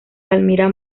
palmira